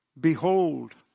Behold